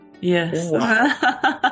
yes